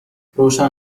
روشن